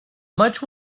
much